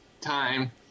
time